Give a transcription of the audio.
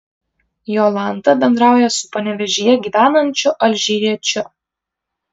jolanta bendrauja su panevėžyje gyvenančiu alžyriečiu